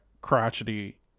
crotchety